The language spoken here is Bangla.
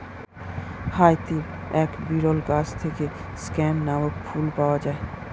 হাইতির এক বিরল গাছ থেকে স্ক্যান নামক ফুল পাওয়া যায়